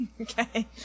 Okay